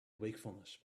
wakefulness